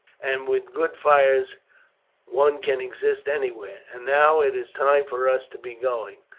and with good fires one can exist anywhere. and now it is time for us to be going.